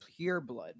Pureblood